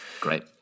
Great